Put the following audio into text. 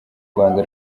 rwanda